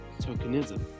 tokenism